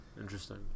Interesting